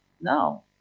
no